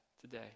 today